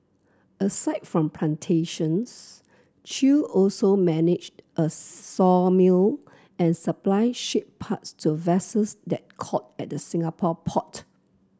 aside from plantations Chew also managed a sawmill and supplied ship parts to vessels that called at the Singapore port